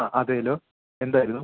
ആ അതെയല്ലോ എന്തായിരുന്നു